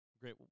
great